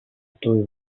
той